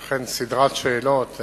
אכן, סדרת שאלות.